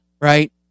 right